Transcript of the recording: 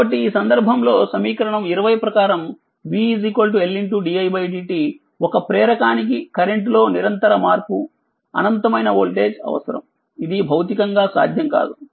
కాబట్టిఈ సందర్భంలోసమీకరణం 20 ప్రకారంvLdidtఒక ప్రేరకానికి కరెంట్లో నిరంతర మార్పు అనంతమైన వోల్టేజ్ అవసరం ఇది భౌతికంగా సాధ్యం కాదు